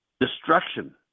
destruction